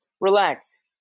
Relax